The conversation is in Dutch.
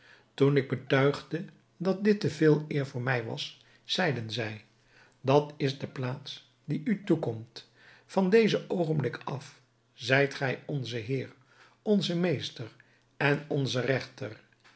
toen ik betuigde dat dit te veel eer voor mij was zeiden zij dat is de plaats die u toekomt van dezen oogenblik af zijt gij onze heer onze meester en onze regter